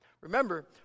Remember